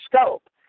scope